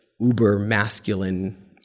uber-masculine